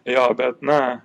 jo bet na